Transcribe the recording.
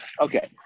Okay